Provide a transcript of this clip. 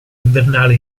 invernale